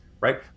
right